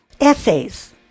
Essays